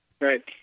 Right